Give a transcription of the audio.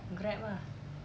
grab ah